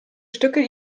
stücke